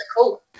cool